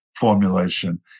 formulation